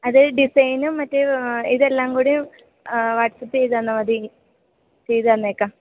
അത് ഡിസൈനും മറ്റേ ഇതെല്ലാം കൂടിയും വാട്സപ്പ് ചെയ്തു തന്നാൽ മതി ചെയ്തു തന്നേക്കാം